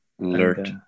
Alert